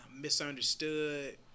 misunderstood